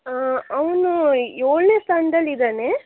ಅವನು ಏಳನೇ ಸ್ಥಾನದಲ್ಲಿ ಇದ್ದಾನೆ